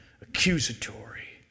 accusatory